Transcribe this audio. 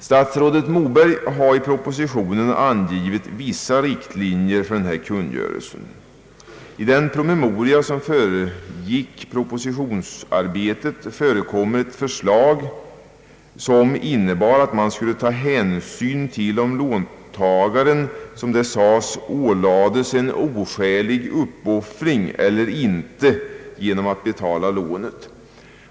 Statsrådet Moberg har i propositionen angivit vissa riktlinjer för denna kungörelse. I den promemoria som föregick propositionsarbetet finns ett förslag som innebär att man skall ta hänsyn till om låntagaren ålades en oskälig uppoffring eller inte genom att betala lånet.